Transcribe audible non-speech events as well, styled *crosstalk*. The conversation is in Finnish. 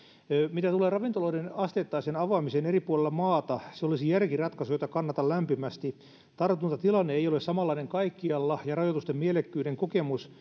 mitä tulee ravintoloiden asteittaiseen avaamiseen eri puolilla maata se olisi järkiratkaisu jota kannatan lämpimästi tartuntatilanne ei ole samanlainen kaikkialla ja rajoitusten mielekkyyden kokemus *unintelligible*